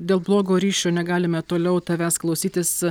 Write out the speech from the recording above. dėl blogo ryšio negalime toliau tavęs klausytis